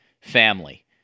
family